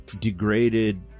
degraded